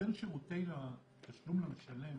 נותן שירותי תשלום למשלם